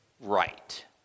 right